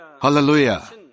Hallelujah